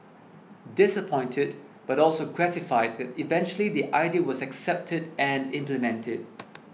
disappointed but also gratified that eventually the idea was accepted and implemented